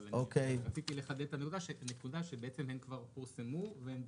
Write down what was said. אבל אני רציתי לחדד את הנקודה שבעצם הן כבר פורסמו והן בתוקף.